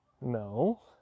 No